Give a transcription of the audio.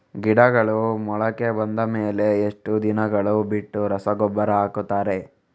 ಗಿಡಗಳು ಮೊಳಕೆ ಬಂದ ಮೇಲೆ ಎಷ್ಟು ದಿನಗಳು ಬಿಟ್ಟು ರಸಗೊಬ್ಬರ ಹಾಕುತ್ತಾರೆ?